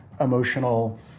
emotional